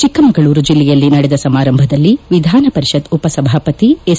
ಚಿಕ್ಕಮಗಳೂರು ಜಿಲ್ಲೆಯಲ್ಲಿ ನಡೆದ ಸಮಾರಂಭದಲ್ಲಿ ವಿಧಾನ ಪರಿಷತ್ ಉಪಸಭಾಪತಿ ಎಸ್